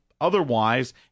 otherwise